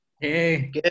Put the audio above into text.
Hey